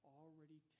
already